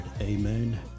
Amen